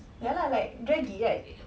ya lah like draggy right